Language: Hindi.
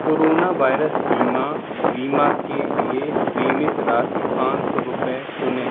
कोरोना वायरस बीमा बीमा के लिए बीमित राशि पाँच सौ रुपये चुनें